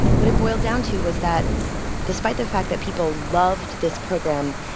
what it boiled down to was that despite the fact that people loved this program,